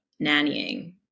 nannying